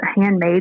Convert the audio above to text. handmade